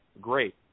great